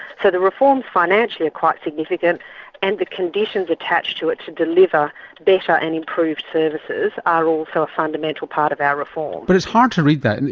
so the reforms financially are quite significant and the conditions attached to it to deliver better and improved services are also a fundamental part of our reform. but it's hard to read that. and